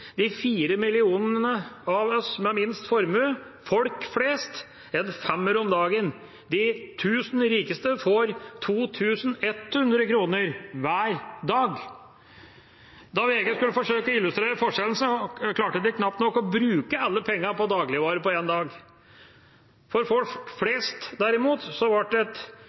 de fire millionene av oss med minst formue, folk flest, en femmer om dagen. De tusen rikeste får 2 100 kr hver dag. Da VG skulle forsøke å illustrere forskjellen, klarte man knapt nok å bruke alle pengene på dagligvarer på én dag. For folk flest, derimot,